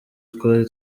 twari